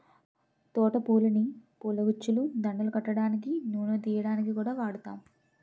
తోట పూలని పూలగుచ్చాలు, దండలు కట్టడానికి, నూనె తియ్యడానికి కూడా వాడుతాం